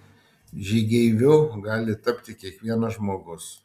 žygeiviu gali tapti kiekvienas žmogus